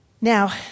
Now